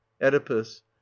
oedipus